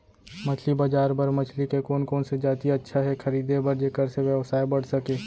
मछली बजार बर मछली के कोन कोन से जाति अच्छा हे खरीदे बर जेकर से व्यवसाय बढ़ सके?